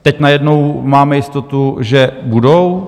Teď najednou máme jistotu, že budou?